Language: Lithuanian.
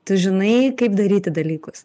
tu žinai kaip daryti dalykus